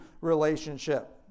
relationship